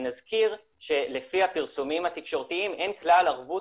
ונזכיר שלפי הפרסומים התקשורתיים אין כלל ערבות